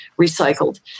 recycled